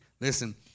Listen